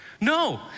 No